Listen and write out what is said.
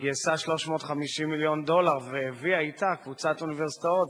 שגייסה 350 מיליון דולר והביאה אתה קבוצת אוניברסיטאות.